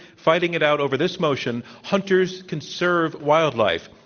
fighting it out over this motion hunters conserve wildlife.